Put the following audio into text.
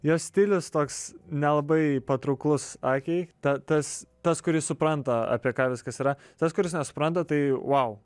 jo stilius toks nelabai patrauklus akiai ta tas tas kuris supranta apie ką viskas yra tas kuris nesupranta tai vau